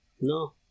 No